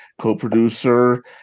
co-producer